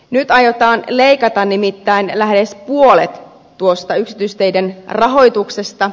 nyt aiotaan leikata nimittäin lähes puolet tuosta yksityisteiden rahoituksesta